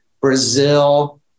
Brazil